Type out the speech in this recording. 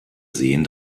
sehen